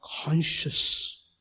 conscious